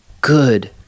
good